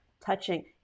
touching